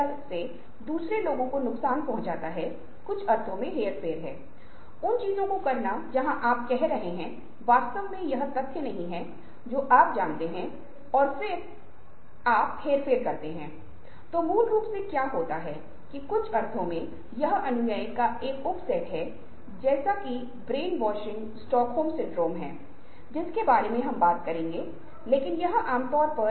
वह संकटों से लड़ सकते हैं और वह उस संकट में रह सकते है और अगर काम का दबाव या नौकरी का दबाव है या बहुत अधिक काम करना है लेकिन समय कम है